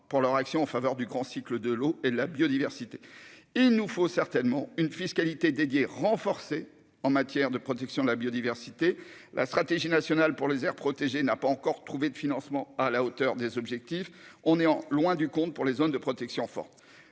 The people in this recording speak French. pour leur action en faveur du grand cycle de l'eau et de la biodiversité. Il nous faut certainement une fiscalité dédiée renforcée en matière de protection de la biodiversité. La stratégie nationale pour les aires protégées n'a pas encore trouvé de financement à la hauteur des objectifs, et nous sommes encore très loin du compte pour les zones de protection forte.